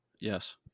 Yes